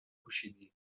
پوشیدی